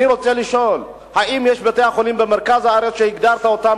אני רוצה לשאול: האם יש בתי-חולים במרכז הארץ שהגדרת אותם